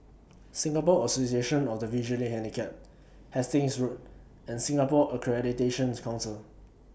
Singapore Association of The Visually Handicapped Hastings Road and Singapore Accreditation's Council